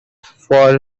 for